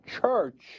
church